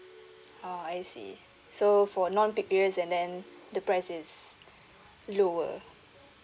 oh I see so for non peak periods and then the price is lower